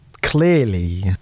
clearly